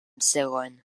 zegoen